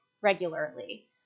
regularly